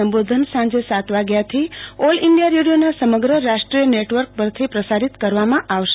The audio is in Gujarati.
સંબોધન સાંજે સાત વાગ્યાથી ઓલ ઇન્ડિયા રેડિયોના સમગ્ર રાષ્ટ્રીય નેટવર્ક પરથી પ્રસારિત કરવામાં આવશે